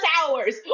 hours